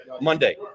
Monday